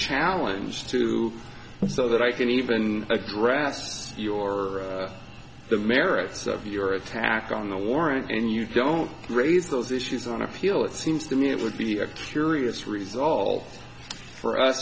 challenge to so that i can even drafts your the merits of your attack on the warrant and you don't raise those issues on appeal it seems to me it would be a curious result for us